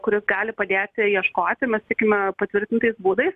kuris gali padėti ieškoti mes tikime patvirtintais būdais